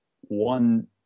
One